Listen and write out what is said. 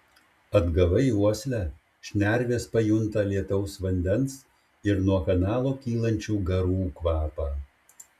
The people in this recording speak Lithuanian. atgavai uoslę šnervės pajunta lietaus vandens ir nuo kanalo kylančių garų kvapą